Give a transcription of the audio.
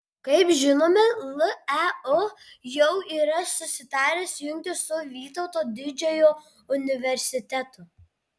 kaip žinome leu jau yra susitaręs jungtis su vytauto didžiojo universitetu